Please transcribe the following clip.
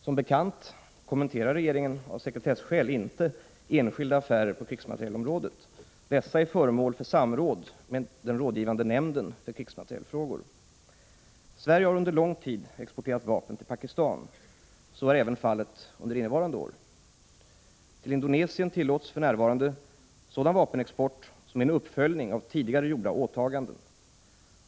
Som bekant kommenterar regeringen av sekretesskäl inte enskilda affärer på krigsmaterielområdet. Dessa är föremål för samråd med den rådgivande nämnden för krigsmaterielfrågor. Sverige har under lång tid exporterat vapen till Pakistan. Så är fallet även under innevarande år. Till Indonesien tillåts för närvarande sådan vapenexport som är en uppföljning av tidigare gjorda åtaganden.